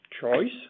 choice